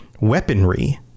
weaponry